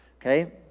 okay